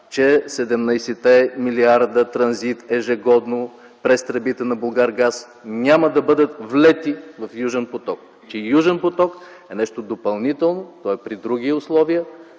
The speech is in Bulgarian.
че 17-те млрд. транзит ежегодно през тръбите на „Булгаргаз” няма да бъдат влети в „Южен поток”, че „Южен поток” е нещо допълнително, той е при други условия